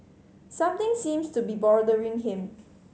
something seems to be bothering him